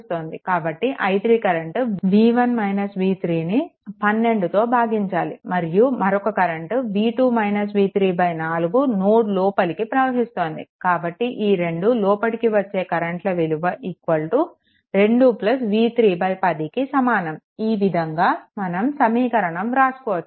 కాబట్టి i3 current ను 12తో భాగించాలి మరియు మరొక కరెంట్ 4 నోడ్ లోపలికి ప్రవహిస్తోంది కాబట్టి ఈ రెండు లోపలికి వచ్చే కరెంట్ల విలువ 2 v3 10 కి సమానం ఈ విధంగా మనం సమీకరణం వ్రాసుకోవచ్చు